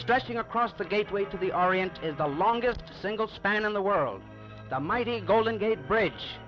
stretching across the gateway to the orient is the longest single span in the world the mighty golden gate bridge